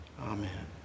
amen